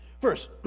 First